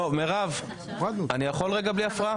מירב, אני יכול רגע בלי הפרעה?